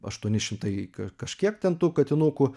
aštuoni šimtai kažkiek ten tų katinukų